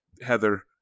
Heather